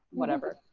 whatever.